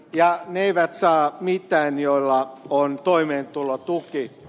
ja ne eivät saa mitään joilla on toimeentulotuki